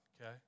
okay